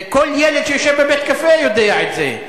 כל ילד שיושב בבית-קפה יודע את זה.